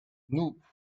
nous